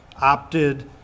opted